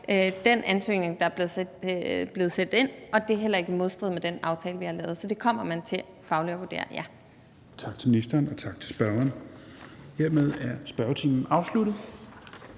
den ansøgning, der er blevet sendt ind, og det er heller ikke i modstrid med den aftale, vi har lavet. Så det kommer man til fagligt at vurdere,